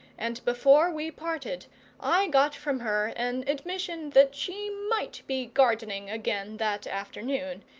and before we parted i got from her an admission that she might be gardening again that afternoon,